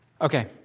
Okay